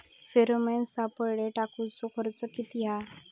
Pheromone सापळे टाकूचो खर्च किती हा?